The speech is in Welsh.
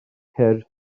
cyrff